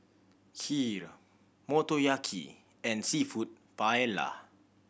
Kheer Motoyaki and Seafood Paella